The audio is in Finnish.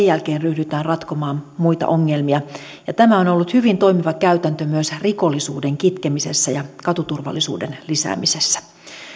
jälkeen ryhdytään ratkomaan muita ongelmia ja tämä on ollut hyvin toimiva käytäntö myös rikollisuuden kitkemisessä ja katuturvallisuuden lisäämisessä